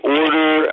order